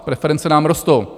Preference nám rostou.